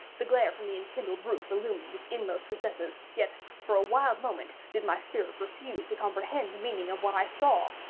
the glare from the enkindled roof illumined its inmost recesses. yet, for a wild moment, did my spirit refuse to comprehend the meaning of what i saw.